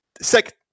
Second